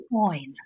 coin